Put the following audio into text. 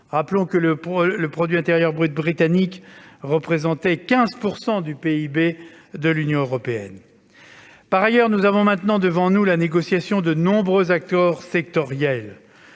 Rappelons-le, le produit intérieur brut (PIB) britannique représentait 15 % du PIB de l'Union européenne. Par ailleurs, nous avons maintenant devant nous la négociation de nombreux accords sectoriels.